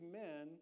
men